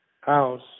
house